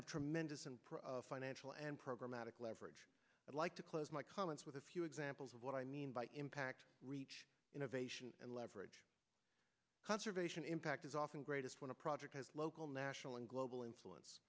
have tremendous financial and programatic leverage i'd like to close my comments with a few examples of what i mean by impact reach innovation and leverage conservation impact is often greatest when a project has local national and global influence